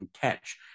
catch